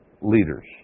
leaders